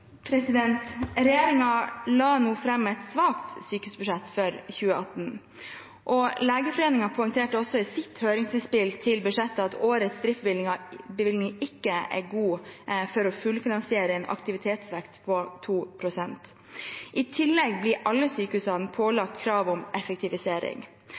la nå fram et svakt sykehusbudsjett for 2018. Legeforeningen poengterte også i sitt høringsinnspill til budsjettet at årets driftsbevilgning ikke er god for å fullfinansiere en aktivitetsvekst på 2 pst. I tillegg blir alle sykehusene